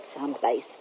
someplace